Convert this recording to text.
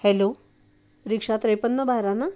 hello rickshaw त्रेपन्न बारा ना